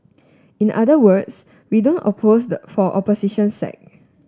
in the other words we don't oppose the for opposition's sake